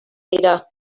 dira